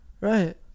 right